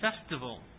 festival